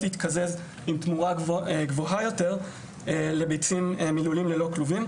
להתקזז עם תמורה גבוהה יותר לביצים מלולים ללא כלובים.